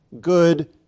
Good